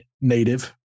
native